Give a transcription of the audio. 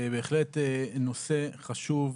בהחלט נושא חשוב,